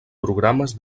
programes